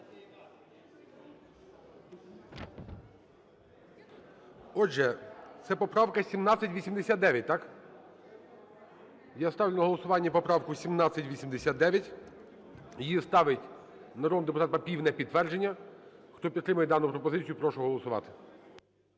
Отже, це поправка 1789, так? Я ставлю на голосування поправку 1789. Її ставить народний депутат Папієв на підтвердження. Хто підтримує дану пропозицію, прошу голосувати.